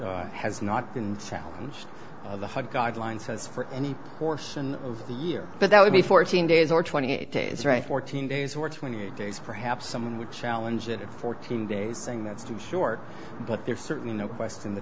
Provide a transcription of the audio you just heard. which has not been challenge of the hud guidelines has for any portion of the year but that would be fourteen days or twenty eight days right fourteen days or twenty eight days perhaps someone would challenge it at fourteen days saying that's too short but there's certainly no question the